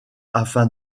afin